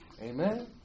Amen